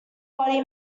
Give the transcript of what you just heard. body